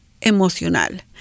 emocional